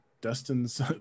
Dustin's